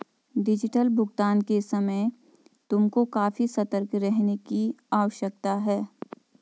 digital भुगतान के समय तुमको काफी सतर्क रहने की आवश्यकता है